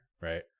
right